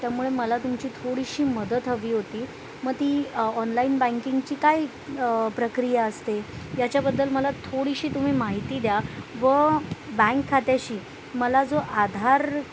त्यामुळे मला तुमची थोडीशी मदत हवी होती मग ती ऑनलाईन बँकिंगची काही प्रक्रिया असते याच्याबद्दल मला थोडीशी तुम्ही माहिती द्या व बँक खात्याशी मला जो आधार